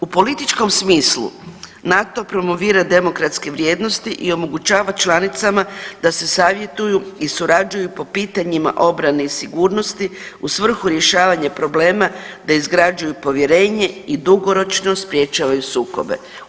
U političkom smislu NATO promovira demokratske vrijednosti i omogućava članicama da se savjetuju i surađuju po pitanjima obrane i sigurnosti u svrhu rješavanja problema, da izgrađuju povjerenje i dugoročno sprječavaju sukobe.